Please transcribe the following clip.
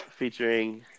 Featuring